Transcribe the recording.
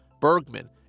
Bergman